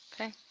Okay